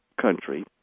country